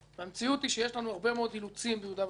שיש לנו הרבה מאוד אילוצים ביהודה ושומרון.